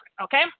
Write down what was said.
okay